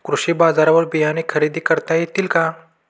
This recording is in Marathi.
कृषी बाजारवर बियाणे खरेदी करता येतील का?